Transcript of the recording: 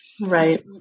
right